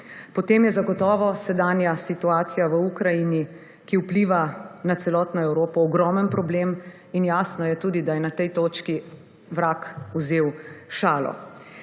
potem je zagotovo sedanja situacija v Ukrajini, ki vpliva na celotno Evropo ogromen problem in jasno je tudi, da je na tej točki vrag vzel šalo.